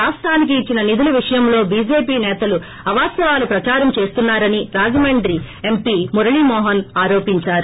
రాష్టానికి ఇచ్చిన నిధుల విషయంలో చీజేపీ నేతలు అవాస్తవాలు ప్రచారం చేస్తున్నారని రాజమండ్రి ఎంపీ మురళీమోహన్ ఆరోపించారు